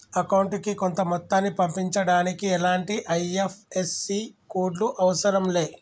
అకౌంటుకి కొంత మొత్తాన్ని పంపించడానికి ఎలాంటి ఐ.ఎఫ్.ఎస్.సి కోడ్ లు అవసరం లే